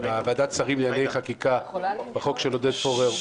בוועדת השרים לענייני חקיקה בחוק של עודד פורר,